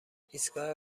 ایستگاه